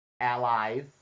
allies